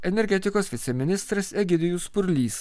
energetikos viceministras egidijus purlys